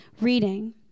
reading